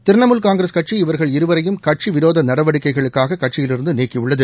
Trinamool Congress கட்சி இவர்கள் இருவரையும் கட்சி விரோத நடவடிக்கைகளுக்காக கட்சியிலிருந்து நீக்கியுள்ளது